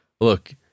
Look